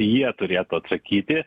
jie turėtų atsakyti